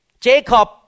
Jacob